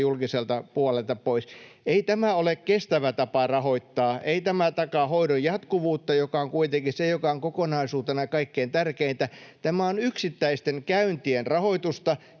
julkiselta puolelta pois. Ei tämä ole kestävä tapa rahoittaa. Ei tämä takaa hoidon jatkuvuutta, joka on kuitenkin se, mikä on kokonaisuutena kaikkein tärkeintä. Tämä on yksittäisten käyntien rahoitusta,